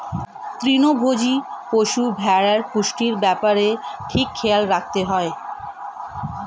তৃণভোজী পশু, ভেড়ার পুষ্টির ব্যাপারে ঠিক খেয়াল রাখতে হয়